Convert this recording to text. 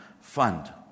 fund